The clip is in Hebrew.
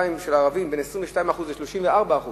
הערבים מ-22% ל-34%